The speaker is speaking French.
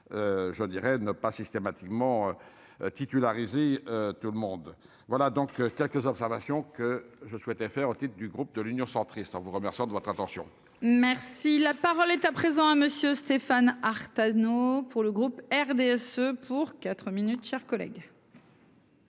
je dirais, ne pas systématiquement titularisé, tout le monde, voilà donc quelques observations que je souhaitais faire en tête du groupe de l'Union centriste, vous remercions de votre attention. Merci, la parole est à présent à monsieur Stéphane Artano pour le groupe RDSE pour 4 minutes chers.